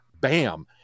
bam